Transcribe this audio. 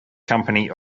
company